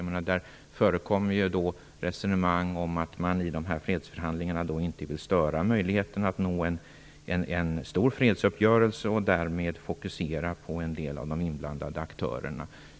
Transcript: Det förekommer resonemang om att man i de här fredsförhandlingarna inte vill störa möjligheterna att nå en stor fredsuppgörelse och därmed fokusera på en del av de inblandade aktörerna.